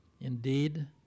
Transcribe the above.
Indeed